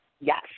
Yes